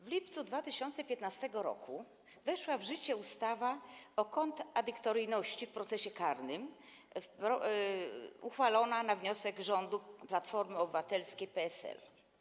W lipcu 2015 r. weszła w życie ustawa o kontradyktoryjności w procesie karnym, uchwalona na wniosek rządu Platformy Obywatelskiej i PSL.